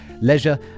leisure